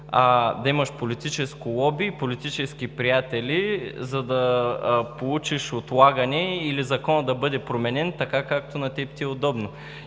да имаш политическо лоби и политически приятели, за да получиш отлагане или законът да бъде променен, така както на теб ти е удобно.